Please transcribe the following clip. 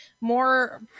more